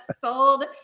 sold